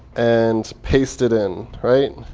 and paste it in, right?